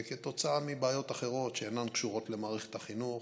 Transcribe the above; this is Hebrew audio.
כתוצאה מבעיות אחרות, שאינן קשורות למערכת החינוך